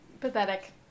Pathetic